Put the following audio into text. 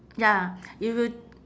ya if you